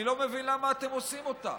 אני לא מבין למה אתם עושים אותה.